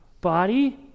body